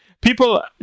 People